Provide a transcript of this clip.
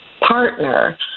partner